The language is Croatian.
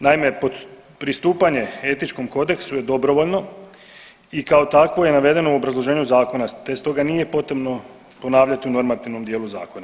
Naime, pristupanje etičkom kodeksu je dobrovoljno i kao takvo je navedeno u obrazloženju zakona te stoga nije potrebno ponavljati u normativnom dijelu zakona.